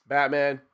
Batman